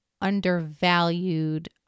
undervalued